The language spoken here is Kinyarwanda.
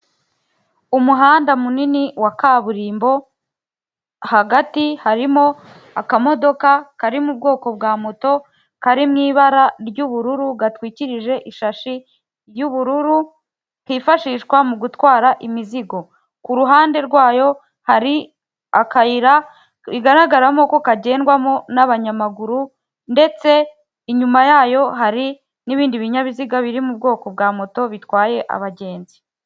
Umuhanda munini wa kaburimbo hagati harimo akamodoka kari mu bwoko bwa moto kari mu ibara ry'ubururu gatwikirije ishashi y'ubururu kifashishwa mu gutwara imizigo; ku ruhande rwayo hari akayira bigaragaramo ko kagendwamo n'abanyamaguru ndetse inyuma yayo hari n'ibindi binyabiziga biri mu bwoko bwa moto bitwaye abagenzi.